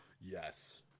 Yes